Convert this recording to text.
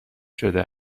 شده